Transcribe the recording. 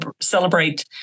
celebrate